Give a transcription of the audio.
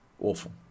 Awful